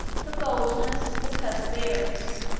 the boldness, the perseverance,